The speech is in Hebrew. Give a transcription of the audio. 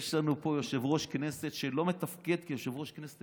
יש לנו פה יושב-ראש כנסת שלא מתפקד כיושב-ראש הכנסת.